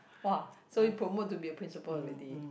!wah! so he promote to be a principal already